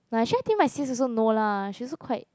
but I sure think my sis also no lah she also quite